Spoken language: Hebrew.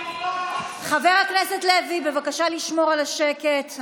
חבר הכנסת לוי, בבקשה לשמור על השקט.